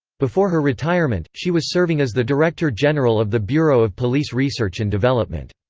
before her retirement, she was serving as the director general of the bureau of police research and development.